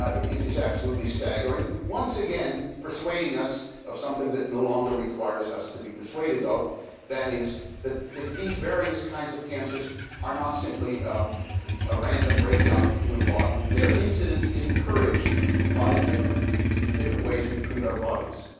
ah is is absolutely staggering, once again persuading us of something that no longer requires us to be persuaded of that is that that these various kinds of cancers are not simply a random breakdown of the human body, that their incidence is encouraged by different different ways we treat our bodies.